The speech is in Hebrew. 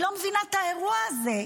אני לא מבינה את האירוע הזה.